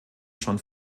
schon